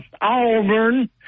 Auburn